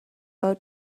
bow